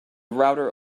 router